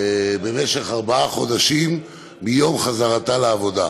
במשך ארבעה חודשים מיום חזרתה לעבודה.